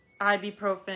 ibuprofen